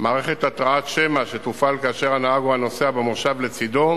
מערכת התרעת שמע שתופעל כאשר הנהג או הנוסע במושב לצדו